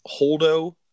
Holdo